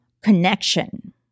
connection